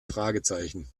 fragezeichen